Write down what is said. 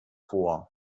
vor